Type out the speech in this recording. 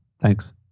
Thanks